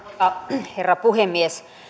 herra puhemies